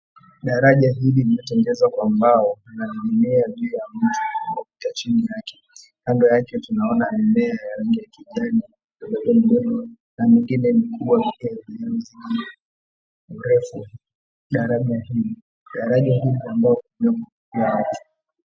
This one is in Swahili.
Daraja hili limetengenezwa kwa mbao na mimea juu na mto umepita chini yake. Kando yake tunaona mimea ya kijani midogo midogo na mingine mikubwa iliyozingira mirefu daraja hili. Daraja hili ambalo hutomiwa kupitia watu.